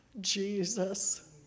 Jesus